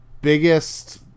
biggest